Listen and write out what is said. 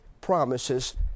promises